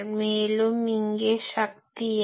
மேலும் இங்கே சக்தி என்ன